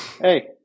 hey